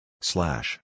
Slash